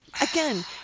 again